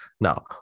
Now